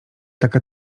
taka